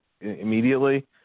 immediately